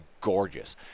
gorgeous